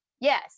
yes